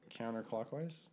Counterclockwise